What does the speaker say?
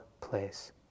place